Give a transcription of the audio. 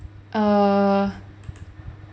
err